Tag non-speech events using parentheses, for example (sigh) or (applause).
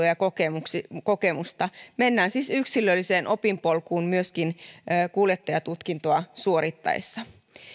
(unintelligible) ja kokemusta mennään siis yksilölliseen opinpolkuun myöskin kuljettajatutkintoa suoritettaessa